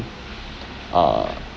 err